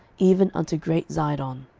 even unto great zidon